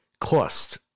cost